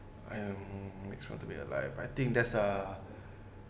um makes want to be alive I think there's a